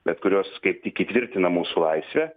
bet kurios kaip tik įtvirtina mūsų laisvę